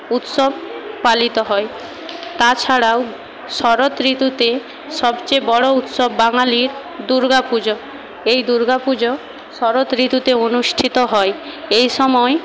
উৎসব পালিত হয় তাছাড়াও শরৎ ঋতুতে সবচেয়ে বড়ো উৎসব বাঙালির দুর্গা পুজো এই দুর্গা পুজো শরৎ ঋতুতে অনুষ্ঠিত হয় এই সময়